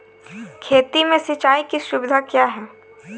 खेती में सिंचाई की सुविधा क्या है?